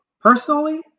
personally